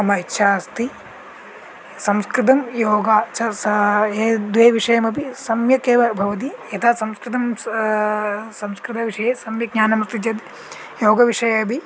मम इच्छा अस्ति संस्कृतं योगः च सह ये द्वे विषयमपि सम्यक् एव भवति यथा संस्कृतं संस्कृतविषये सम्यक् ज्ञानमस्ति चेद् योगविषये अपि